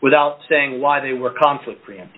without saying why they were conflict free